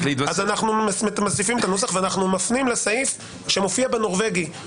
--- אז אנחנו מוסיפים את הנוסח ומפנים לסעיף שמופיע בחוק הנורבגי.